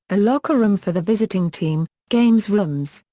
a locker room for the visiting team, games rooms,